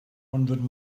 hundred